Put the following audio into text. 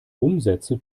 umsätze